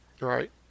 Right